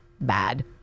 bad